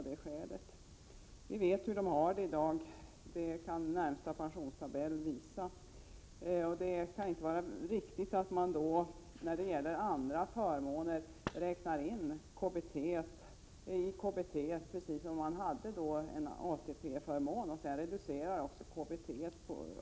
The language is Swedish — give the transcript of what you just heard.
Vi vet hur dessa pensionärer har det i dag. Det kan närmaste pensionstabell visa. Det kan inte vara riktigt att man beräknar det kommunala bostadstillägget för dessa pensionärer som om de hade en ATP-förmån och av den anledningen reducerar det.